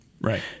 right